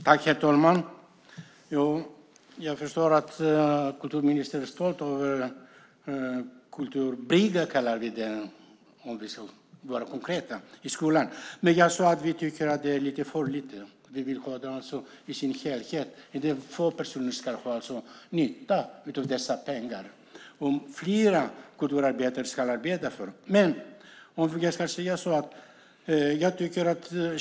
Herr talman! Jag förstår att kulturministern är stolt över Kulturbryggan i skolan, som vi kallar den, om vi ska vara konkreta. Jag sade att vi tycker att det är lite för lite. Vi vill ha det i sin helhet. Det är få personer som får nytta av dessa pengar. Fler kulturarbetare ska arbeta för detta.